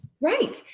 Right